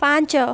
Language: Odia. ପାଞ୍ଚ